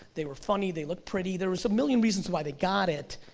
they were funny, they looked pretty, there was a million reasons why they got it,